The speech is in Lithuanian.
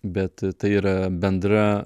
bet tai yra bendra